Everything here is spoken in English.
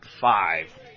five